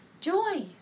joy